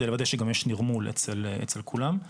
על מנת לוודא שיש נרמול אצל כולם.